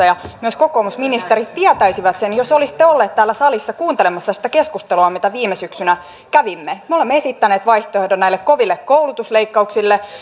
ja myös kokoomusministerit tietäisivät sen jos olisitte olleet täällä salissa kuuntelemassa sitä keskustelua mitä viime syksynä kävimme me olemme esittäneet vaihtoehdon näille koville koulutusleikkauksille